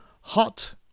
hot